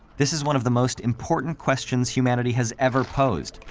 this is one of the most important questions humanity has ever posed.